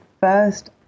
first